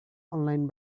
online